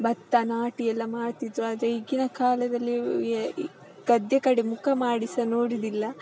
ಭತ್ತ ನಾಟಿಯೆಲ್ಲ ಮಾಡ್ತಿದ್ದರು ಆದರೆ ಈಗಿನ ಕಾಲದಲ್ಲಿ ಗದ್ದೆ ಕಡೆ ಮುಖ ಮಾಡಿ ಸಹ ನೋಡುವುದಿಲ್ಲ